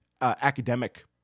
academic